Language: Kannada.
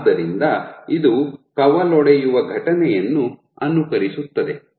ಆದ್ದರಿಂದ ಇದು ಕವಲೊಡೆಯುವ ಘಟನೆಯನ್ನು ಅನುಕರಿಸುತ್ತದೆ